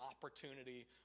opportunity